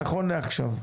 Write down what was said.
נכון לעכשיו.